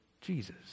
Jesus